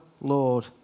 Lord